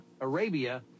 Arabia